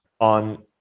on